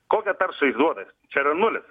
kokią taršą jis duoda čia yra nulis